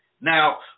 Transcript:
Now